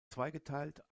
zweigeteilt